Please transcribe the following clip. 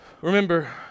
remember